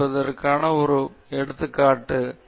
இந்த இயற்கையின் ஒரு வரைபடத்தை உருவாக்க இது நல்ல வழியாகும்